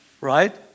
right